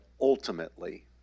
ultimately